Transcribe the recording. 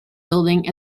building